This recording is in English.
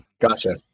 Gotcha